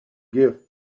gift